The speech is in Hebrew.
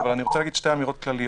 אבל אני רוצה להגיד שתי אמירות כלליות.